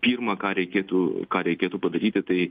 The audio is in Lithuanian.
pirma ką reikėtų ką reikėtų padaryti tai